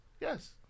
Yes